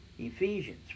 Ephesians